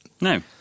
No